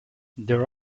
there